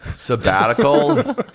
sabbatical